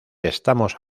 estamos